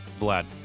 Vlad